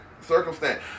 circumstance